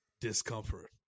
discomfort